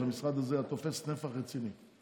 אז המשרד הזה היה תופס נפח רציני,